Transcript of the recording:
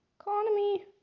economy